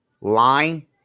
lie